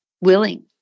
willing